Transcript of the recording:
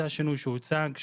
זה השינוי שהוצג,